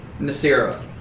Nasira